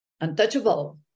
untouchable